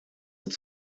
het